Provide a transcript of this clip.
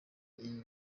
iri